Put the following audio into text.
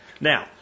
Now